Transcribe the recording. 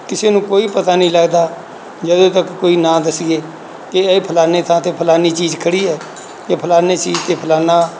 ਕਿਸੇ ਨੂੰ ਕੋਈ ਪਤਾ ਨਹੀਂ ਲੱਗਦਾ ਜਦੋਂ ਤੱਕ ਕੋਈ ਨਾ ਦੱਸੀਏ ਕਿ ਇਹ ਫਲਾਣੇ ਥਾਂ 'ਤੇ ਫਲਾਣੀ ਚੀਜ਼ ਖੜੀ ਹੈ ਇਹ ਫਲਾਣੇ ਚੀਜ਼ 'ਤੇ ਫਲਾਣਾ